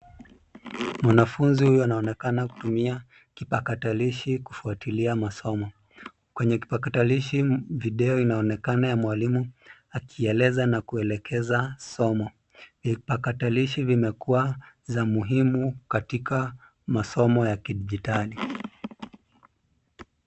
Mwanafunzi huyu anaonekana kutumia kipakatalishi kufuatilia masomo. Kwenye kipakatalishi video inaonekana ya mwalimu akieleza na kuelekeza somo. Vipakatalishi vimekua za muhimu katika masomo ya kidijitali.